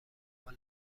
حال